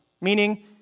meaning